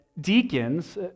deacons